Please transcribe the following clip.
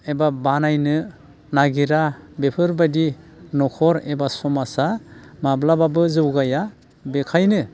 एबा बानायनो नागिरा बेफोरबायदि न'खर एबा समाजा माब्लाबाबो जौगाया बेखायनो